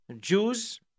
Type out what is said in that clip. Jews